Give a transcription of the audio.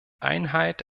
einheit